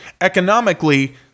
Economically